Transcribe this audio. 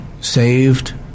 saved